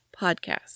podcast